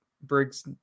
Briggs